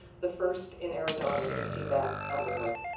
the first in arizona to receive that award.